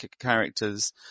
characters